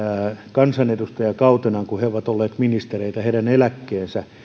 kansanedustajakautenaan kun he ovat olleet ministereitä heidän eläkkeensä